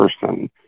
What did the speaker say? person